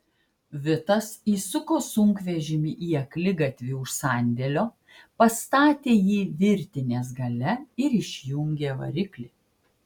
vitas įsuko sunkvežimį į akligatvį už sandėlio pastatė jį virtinės gale ir išjungė variklį